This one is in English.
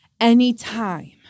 anytime